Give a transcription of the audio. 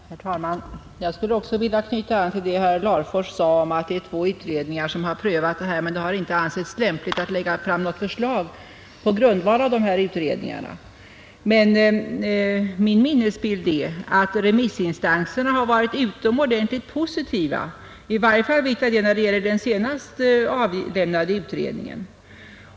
Herr talman! Jag skulle också vilja knyta an till vad herr Larfors sade om att det är två utredningar som har prövat frågan och att det inte har ansetts lämpligt att lägga fram något förslag på grundval av dessa utredningar. Men min minnesbild är att remissinstanserna har varit utomordentligt positiva — i varje fall när det gäller den senast avlämnade utredningen.